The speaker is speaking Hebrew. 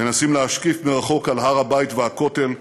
מנסים להשקיף מרחוק על הר הבית והכותל,